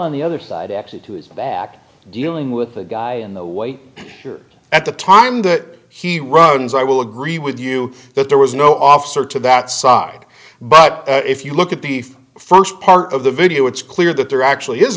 on the other side actually to his back dealing with the guy in the white here at the time that he runs i will agree with you that there was no officer to that side but if you look at the from the first part of the video it's clear that there actually is